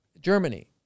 Germany